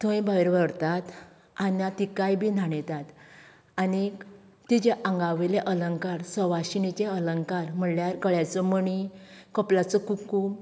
थंय भायर व्हरतात आनी तिकाय बी न्हाणयतात आनी तिचे आंगा वयले अलंकार सवाशिणीचे अलंकार म्हळ्यार गळ्याचो मणी कपळाचो कुकूम